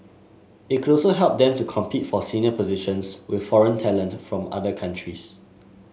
it could also help them to compete for senior positions with foreign talent from other countries